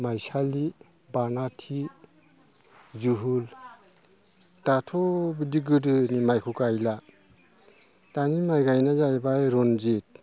माइसालि बानाथि जुहुल दाथ' बिदि गोदोनि माइखौ गायला दानि माइ गायनाया जाहैबाय रनजित